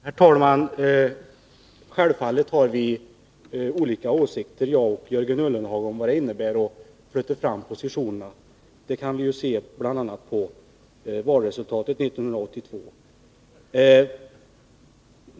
Herr talman! Självfallet har jag och Jörgen Ullenhag olika åsikter om vad det innebär att flytta fram positionerna. Det kan vi ju se bl.a. av valresultatet 1982.